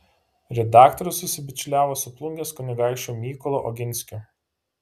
redaktorius susibičiuliavo su plungės kunigaikščiu mykolu oginskiu